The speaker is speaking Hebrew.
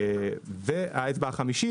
האצבע החמישית,